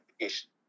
application